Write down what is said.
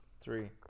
Three